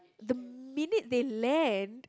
the minute they land